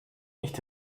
nicht